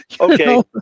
Okay